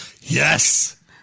Yes